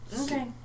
Okay